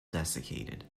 desiccated